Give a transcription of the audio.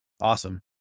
Awesome